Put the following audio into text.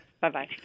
Bye-bye